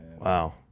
Wow